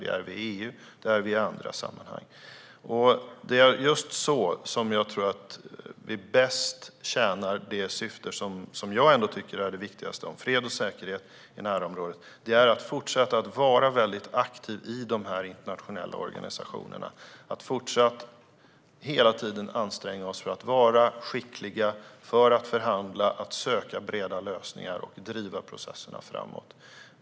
Det är just så, genom att fortsätta att vara väldigt aktiva i dessa internationella organisationer, som jag tror att vi bäst tjänar det syfte som jag tycker är viktigast: fred och säkerhet i närområdet. Vi ska fortsätta att hela tiden anstränga oss för att vara skickliga, förhandla, söka breda lösningar och driva processerna framåt.